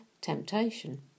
temptation